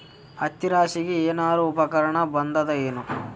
ಹತ್ತಿ ರಾಶಿಗಿ ಏನಾರು ಉಪಕರಣ ಬಂದದ ಏನು?